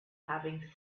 having